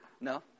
No